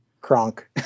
Kronk